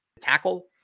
tackle